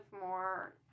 more